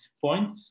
point